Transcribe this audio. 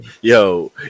yo